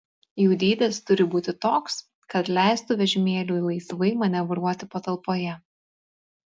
jų dydis turi būti toks kad leistų vežimėliui laisvai manevruoti patalpoje